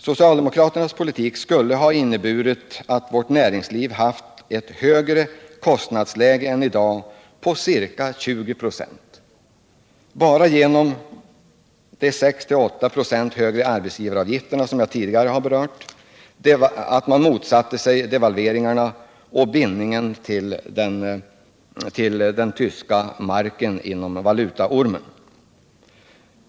Socialdemokraternas politik skulle ha inneburit att vårt näringsliv haft ett ca 20 96 högre kostnadsläge än i dag till följd av dels de 6-8 96 högre arbetsgivaravgifterna, som jag tidigare har berört, dels uteblivna devalveringar och dels fortsatt bindning till den tyska marken inom valutaormen.